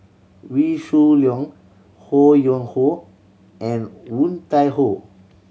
Wee Shoo Leong Ho Yuen Hoe and Woon Tai Ho